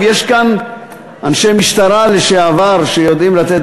ויש כאן אנשי משטרה לשעבר שיודעים לתת